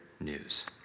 news